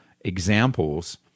examples